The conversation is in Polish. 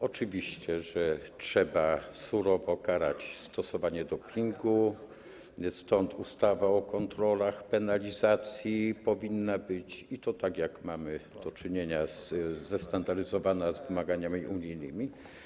Oczywiście, że trzeba surowo karać stosowanie dopingu, stąd ustawa o kontrolach, penalizacji powinna być, i to - tak jak mamy do czynienia - zestandaryzowana z wymaganiami unijnymi.